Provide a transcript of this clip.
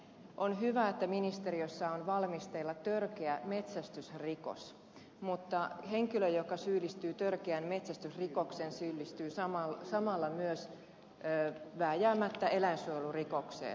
on hyvä että ministeriössä on valmisteilla törkeä metsästysrikos mutta henkilö joka syyllistyy törkeään metsästysrikokseen syyllistyy samalla myös vääjäämättä eläinsuojelurikokseen